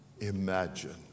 imagine